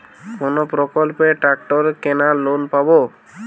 কোন প্রকল্পে ট্রাকটার কেনার লোন পাব?